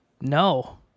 No